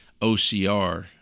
OCR